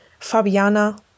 Fabiana